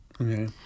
Okay